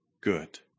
good